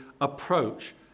approach